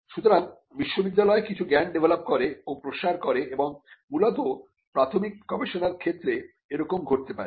সুতরাং বিশ্ববিদ্যালয় কিছু জ্ঞান ডেভেলপ করে ও প্রসার করে এবং মূলত প্রাথমিক গবেষণার ক্ষেত্রে এরকম ঘটতে পারে